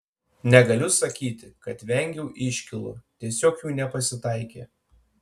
negaliu sakyti kad vengiau iškylų tiesiog jų nepasitaikė